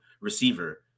receiver